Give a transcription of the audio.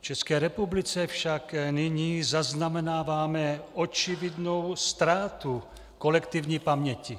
V České republice však nyní zaznamenáváme očividnou ztrátu kolektivní paměti.